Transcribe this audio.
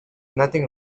nothing